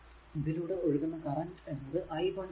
ഇതിലൂടെ ഒഴുകുന്ന കറന്റ് എന്നത് i 1 ആണ്